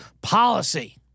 policy